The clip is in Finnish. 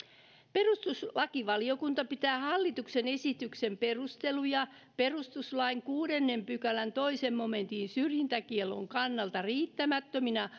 perustuslakivaliokunta pitää hallituksen esityksen perusteluja perustuslain kuudennen pykälän toisen momentin syrjintäkiellon kannalta riittämättöminä